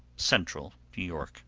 central new york